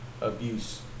abuse